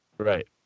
Right